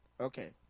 Okay